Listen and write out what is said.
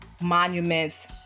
monuments